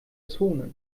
zone